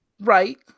Right